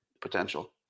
potential